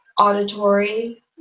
auditory